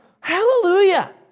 Hallelujah